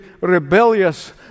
rebellious